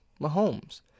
Mahomes